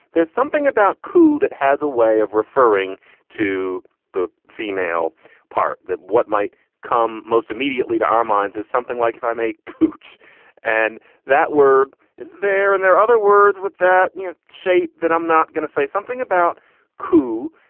there's something about qu that has a way of referring to the female part that what might come most immediately to our minds is something like if i'm a cooch and that word is there and there are other words with that you know shape that i'm not going to say something about qu.